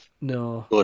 No